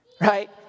right